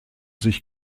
sich